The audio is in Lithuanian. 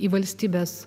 į valstybės